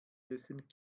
dessen